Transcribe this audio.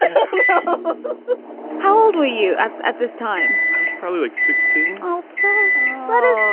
um um ah but but how old were you at at this time? i was probably like sixteen. oh, plus, but